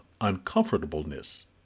uncomfortableness